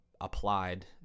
applied